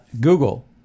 Google